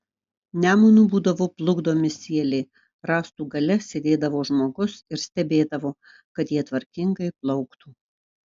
nemunu būdavo plukdomi sieliai rąstų gale sėdėdavo žmogus ir stebėdavo kad jie tvarkingai plauktų